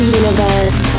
universe